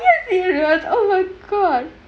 oh good